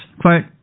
Quote